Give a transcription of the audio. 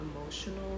emotional